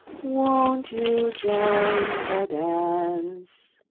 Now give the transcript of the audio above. won't you join the dance?